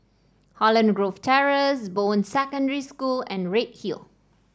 Holland Grove Terrace Bowen Secondary School and Redhill